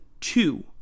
two